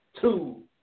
two